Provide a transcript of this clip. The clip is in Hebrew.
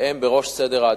הם בראש סדר העדיפויות.